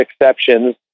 exceptions